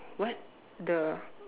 what the